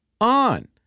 on